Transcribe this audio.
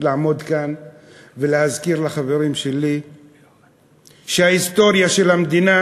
לעמוד כאן ולהזכיר לחברים שלי שההיסטוריה של המדינה,